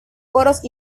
coros